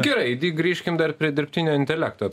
gerai grįžkim dar prie dirbtinio intelekto